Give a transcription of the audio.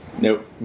Nope